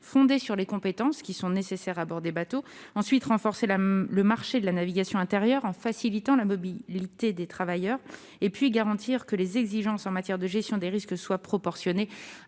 fondée sur les compétences qui sont nécessaires à bord des bateaux ; ensuite, renforcer le marché de la navigation intérieure en facilitant la mobilité des travailleurs ; enfin, garantir que les exigences en matière de gestion des risques soient proportionnées